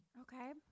Okay